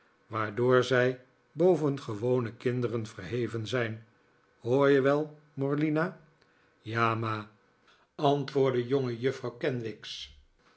waardoor zij boven gewone kinderen verheven zijn hoor je wel morlina ja ma antwoordde jongejuffrouw kenwigs